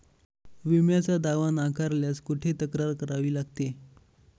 विम्याचा दावा नाकारल्यास कुठे तक्रार करावी लागते?